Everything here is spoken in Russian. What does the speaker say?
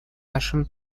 нашим